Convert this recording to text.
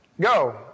Go